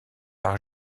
par